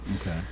Okay